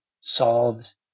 solves